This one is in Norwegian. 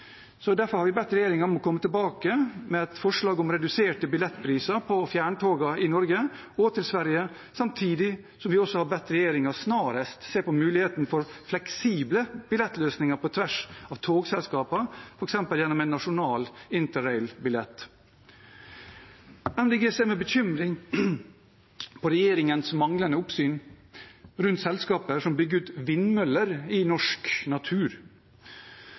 Derfor har vi bedt regjeringen komme tilbake med et forslag om reduserte billettpriser på fjerntogene i Norge og til Sverige, samtidig som vi har bedt regjeringen snarest se på muligheten for fleksible billettløsninger på tvers av togselskaper, f.eks. gjennom en nasjonal interrailbillett. Miljøpartiet De Grønne ser med bekymring på regjeringens manglende oppsyn med selskaper som bygger ut vindmøller i norsk natur.